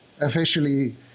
officially